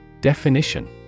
Definition